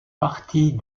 partie